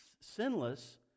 sinless